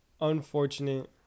unfortunate